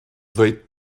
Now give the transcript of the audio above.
ddweud